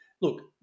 look